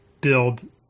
build